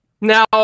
Now